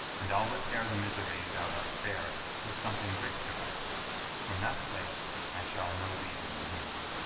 and i'll repair the misery thou dost bear with something rich about me from that place i shall no leading need.